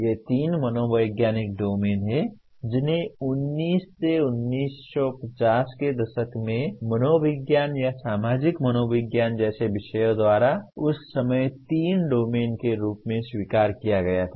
ये तीन मनोवैज्ञानिक डोमेन हैं जिन्हें 19 1950 के दशक में मनोविज्ञान या सामाजिक मनोविज्ञान जैसे विषयों द्वारा उस समय तीन डोमेन के रूप में स्वीकार किया गया था